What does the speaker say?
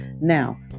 Now